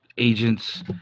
Agents